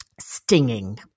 stinging